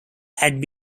had